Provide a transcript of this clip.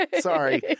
Sorry